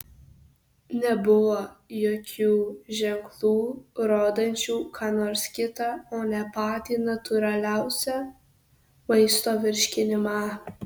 nebuvo jokių ženklų rodančių ką nors kitą o ne patį natūraliausią maisto virškinimą